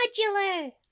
Modular